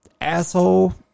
asshole